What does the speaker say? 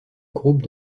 groupe